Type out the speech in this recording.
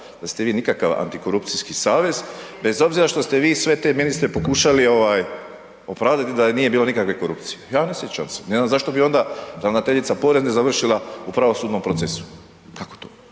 da ste vi nikakav antikorupcijski savez bez obzira što ste vi sve te ministre pokušali ovaj opravdati da nije bilo nikakve korupcije, ja ne sjećam se, ne znam zašto bi onda ravnateljica porezne završila u pravosudnom procesu, kako to